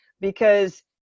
Because-